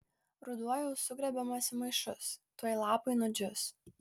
ruduo jau sugrėbiamas į maišus tuoj lapai nudžius